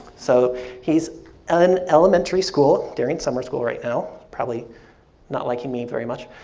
so he's and in elementary school, during summer school right now, probably not liking me very much.